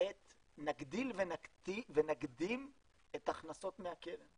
נגדיל ונקדים את ההכנסות מהקרן.